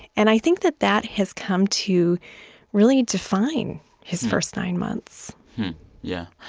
and i think that that has come to really define his first nine months yeah.